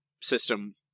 system